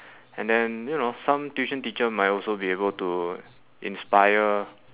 and then you know some tuition teacher might also be able to inspire